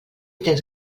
tens